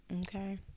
Okay